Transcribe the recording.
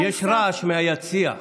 יש רעש מהיציע.